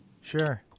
Sure